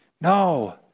No